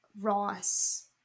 Ross